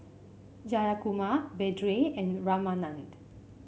Jayakumar Vedre and Ramanand